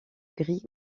gris